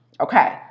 Okay